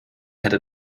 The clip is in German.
hätte